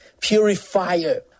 purifier